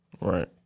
Right